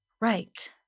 Right